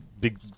big